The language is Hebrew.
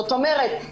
זאת אומרת,